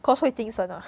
cause 会精神 ah